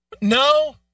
No